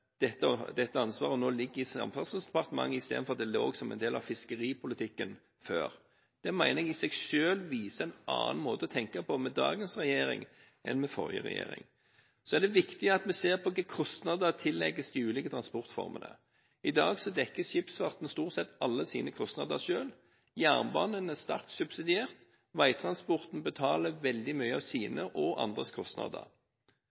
dette ansvaret nå ligger i Samferdselsdepartementet i stedet for å ligge som en del av fiskeripolitikken, slik det var før. Dette mener jeg i seg selv viser en annen måte å tenke på med dagens regjering enn med forrige regjering. Så er det viktig at vi ser på hvilke kostnader som tillegges de ulike transportformene. I dag dekker skipsfarten stort sett alle sine kostnader selv. Jernbanen er sterkt subsidiert, og veitransporten betaler veldig mye av